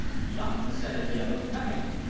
yop! assented the other. coming!